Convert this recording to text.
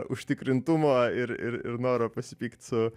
užtikrintumo ir ir ir noro pasipykt su